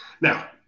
Now